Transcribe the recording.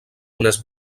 unes